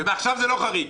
עכשיו זה לא חריג,